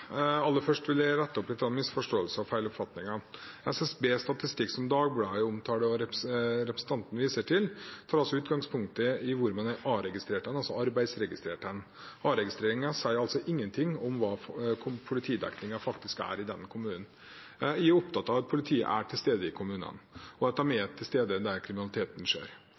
Aller først vil jeg rette opp noen misforståelser og feiloppfatninger. SSBs statistikk som Dagbladet omtaler og representanten viser til, tar utgangspunkt i hvor man er a-registrert, altså arbeidsregistrert. A-registreringen sier ingenting om hva politidekningen faktisk er i den kommunen. Jeg er opptatt av at politiet er til stede i kommunene, og at de er til stede der kriminaliteten skjer.